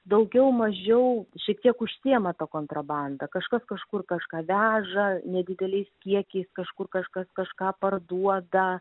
daugiau mažiau šiek tiek užsiema kontrabanda kažkas kažkur kažką veža nedideliais kiekiais kažkur kažkas kažką parduoda